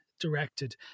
directed